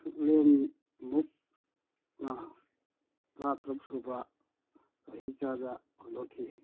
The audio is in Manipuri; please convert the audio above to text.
ꯁꯨꯛꯂꯦꯝꯕꯨꯛꯅ ꯇꯔꯥꯇꯔꯨꯛ ꯁꯨꯕ ꯆꯍꯤꯆꯥꯗ ꯍꯧꯗꯣꯛꯈꯤ